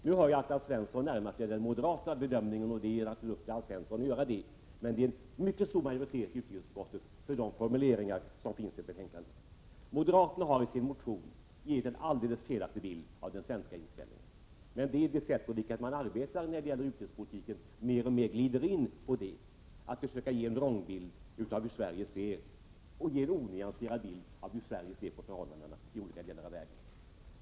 Nu hör jag att Alf Svensson närmar sig den moderata bedömningen, och det är naturligtvis upp till Alf Svensson att göra det. Men det är en mycket stor majoritet i utskottet för de formuleringar som finns i betänkandet. Moderaterna har i sin reservation givit en alldeles felaktig bild av den svenska inställningen. Men det är på det sättet moderaterna arbetar när det gäller utrikespolitiken. Man glider mer och mer in på att försöka ge en vrångbild, en onyanserad bild av hur Sverige ser på förhållandena i olika delar av världen.